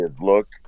look